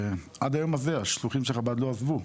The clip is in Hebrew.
עד היום הזה השלוחים של חב"ד לא עזבו,